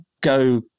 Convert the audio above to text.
go